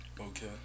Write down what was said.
Okay